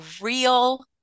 real